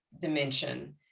dimension